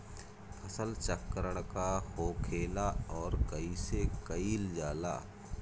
फसल चक्रण का होखेला और कईसे कईल जाला?